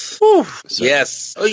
Yes